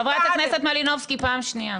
חברת הכנסת מלינובסקי, פעם שנייה.